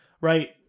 Right